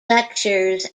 lectures